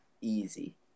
easy